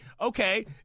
okay